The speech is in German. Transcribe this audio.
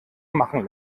machen